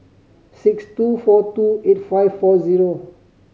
six two four two eight five four zero